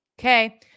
Okay